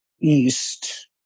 East